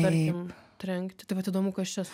tarkim trenkti tai vat įdomu kas čia